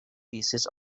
pieces